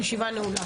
הישיבה ננעלה